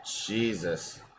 Jesus